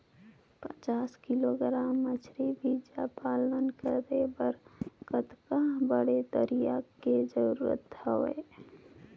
पचास किलोग्राम मछरी बीजा पालन करे बर कतका बड़े तरिया के जरूरत हवय?